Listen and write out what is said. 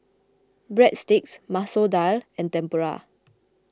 Breadsticks Masoor Dal and Tempura